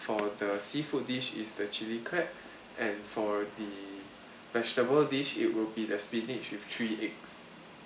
for the seafood dish it's the chili crab and for the vegetable dish it will be the spinach with three eggs